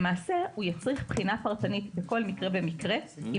למעשה הוא יצריך בחינה פרטנית בכל מקרה ומקרה אם